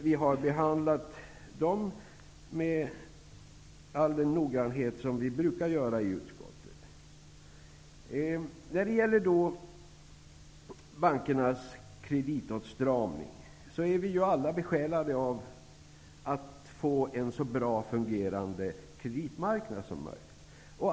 Vi har behandlat dem med all den noggrannhet som vi brukar göra i utskottet. När det gäller bankernas kreditåtstramning är vi alla besjälade av önskan att få en så bra fungerande kreditmarknad som möjligt.